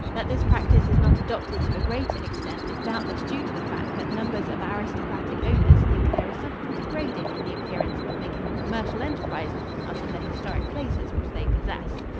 that this practice is not adopted to a greater extent is doubtless due to the fact that numbers of aristocratic owners think there is something degrading in the appearance of making a commercial enterprise out of the historic places which they possess.